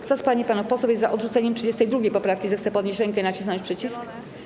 Kto z pań i panów posłów jest za odrzuceniem 32. poprawki, zechce podnieść rękę i nacisnąć przycisk.